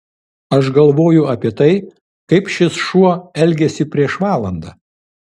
aš galvoju apie tai kaip šis šuo elgėsi prieš valandą